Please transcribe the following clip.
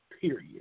period